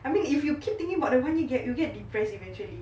I mean if you keep thinking about the one year gap you get depressed eventually